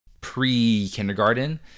pre-kindergarten